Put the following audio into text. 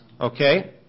Okay